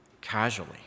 casually